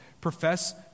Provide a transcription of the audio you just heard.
profess